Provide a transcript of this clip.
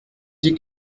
dit